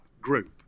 group